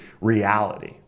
reality